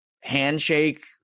handshake